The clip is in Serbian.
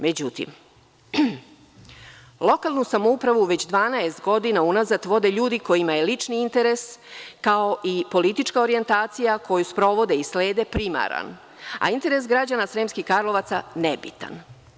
Međutim, lokalnu samoupravu već 12 godina vode ljudi kojima je lični interes kao i politička orjentacija koju sprovode i slede primaran, a interes građana Sremskih Karlovaca nebitan.